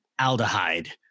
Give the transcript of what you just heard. aldehyde